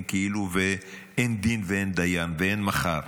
כאילו אין דין ואין דיין ואין מחר,